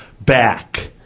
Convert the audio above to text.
back